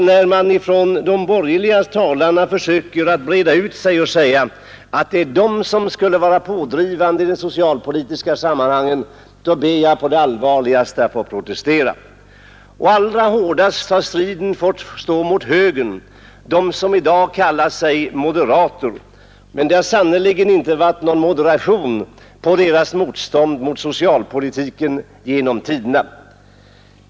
När de borgerliga talarna försöker breda ut sig och påstår att det är de som är pådrivande i de socialpolitiska sammanhangen, ber jag på det allvarligaste att få protestera. Den allra hårdaste striden har vi fått föra mot högern, mot dem som i dag kallar sig moderater. Det har sannerligen inte varit någon moderation på deras motstånd mot socialpolitiken genom tiderna.